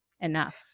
enough